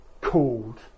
called